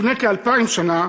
לפני כאלפיים שנה,